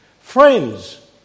Friends